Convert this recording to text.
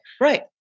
Right